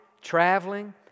traveling